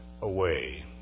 away